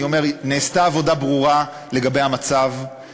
אני אומר: נעשתה עבודה ברורה לגבי המצב,